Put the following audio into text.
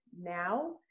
now